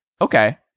okay